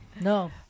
no